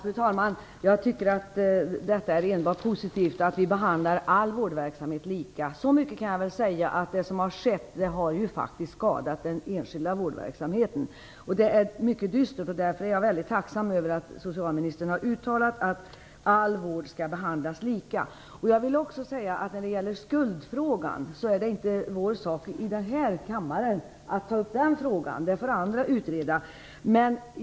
Fru talman! Jag tycker att det enbart är positivt att vi behandlar all vårdverksamhet lika. Så mycket kan jag väl säga att det som har skett faktiskt har skadat den enskilda vårdverksamheten. Det är mycket dystert. Därför är jag mycket tacksam över att socialministern har uttalat att all vård skall behandlas lika. Jag vill också säga att det inte är vår sak i den här kammaren att ta upp skuldfrågan. Den får andra utreda.